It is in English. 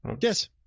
Yes